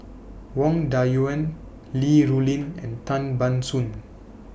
Wang Dayuan Li Rulin and Tan Ban Soon